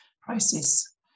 process